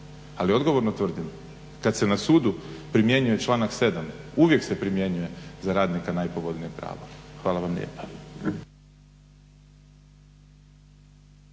ali odgovorno tvrdim kad se na sudu primjenjuje članak 7. uvijek se primjenjuje za radnika najpovoljnije pravo. Hvala vam lijepa.